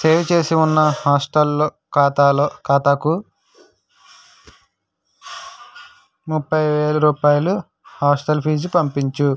save చేసి ఉన్న హాస్టల్లో ఖాతాలో ఖాతాకు ముప్పై వేల రూపాయలు హాస్టల్ ఫీజు పంపించుము